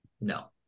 No